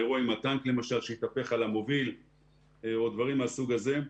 האירוע עם הטנק שהתהפך על המוביל או דברים מהסוג הזה,